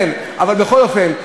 אבל בכל אופן,